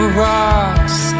rocks